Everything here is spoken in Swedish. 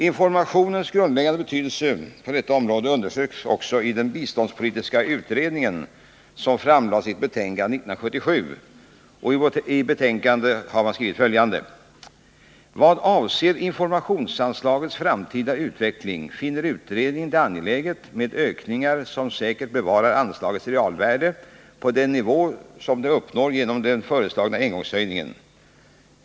Informationens grundläggande betydelse på detta område underströks också i den biståndspolitiska utredningen som framlade sitt betänkande 1977. I betänkandet har man skrivit följande: ”Vad avser informationsanslagets framtida utveckling finner utredningen det angeläget med ökningar som säkert bevarar anslagets realvärde på den nivå som det uppnår genom den föreslagna engångshöjningen.